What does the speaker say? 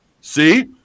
see